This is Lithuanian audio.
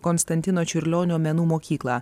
konstantino čiurlionio menų mokyklą